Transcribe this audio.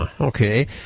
okay